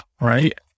right